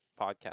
Podcast